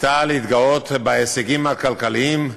ניסתה להתגאות בהישגים הכלכליים,